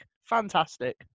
Fantastic